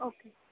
okay